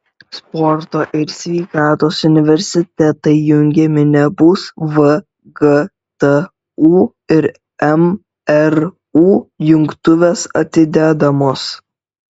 sporto ir sveikatos universitetai jungiami nebus vgtu ir mru jungtuvės atidedamos